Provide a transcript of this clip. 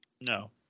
No